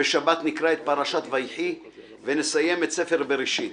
בשבת נקרא את פרשת ויהי ונסיים את ספר בראשית.